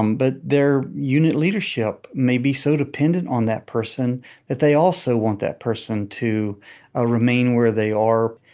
um but their unit leadership may be so dependent on that person that they also want that person to ah remain where they are.